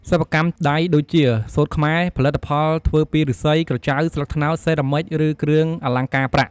សិប្បកម្មដៃដូចជា សូត្រខ្មែរ ផលិតផលធ្វើពីឫស្សី ក្រចៅ ស្លឹកត្នោត សេរ៉ាមិច ឬ គ្រឿងអលង្ការប្រាក់។